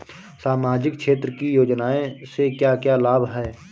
सामाजिक क्षेत्र की योजनाएं से क्या क्या लाभ है?